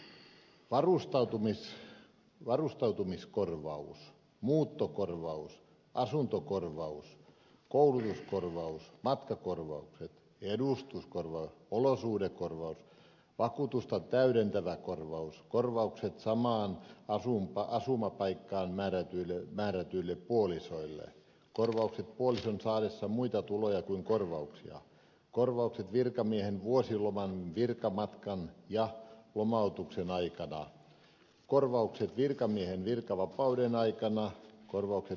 varustautumiskorvaus muuttokorvaus asuntokorvaus koulutuskorvaus matkakorvaukset edustuskorvaus olosuhdekorvaus vakuutusta täydentävä korvaus korvaukset samaan asuinpaikkaan määrätyille puolisoille korvaukset puolison saadessa muita tuloja kuin korvauksia korvaukset virkamiehen vuosiloman virkamatkan ja lomautuksen aikana korvaukset virkamiehen virkavapauden aikana korvaukset